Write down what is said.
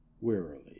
wearily